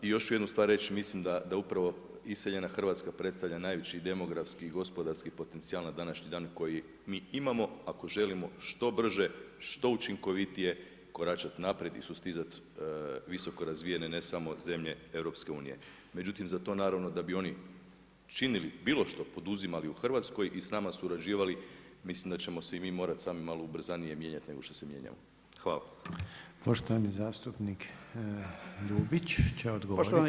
I još ću jednu stvar reći, mislim da upravo iseljena Hrvatska predstavlja najveći demografski i gospodarski potencijal na današnje dane koji mi imao, ako želimo, što brže, što učinkovitije koračati naprijed i sustizati visoko razvijene, ne samo zemlje EU-a. međutim za to naravno, da bi on činili bilo što, poduzimali u Hrvatskoj i s nama surađivali, mislim da ćemo se i mi morati samo malo ubrzanije mijenjati nego što se mijenja … Hvala.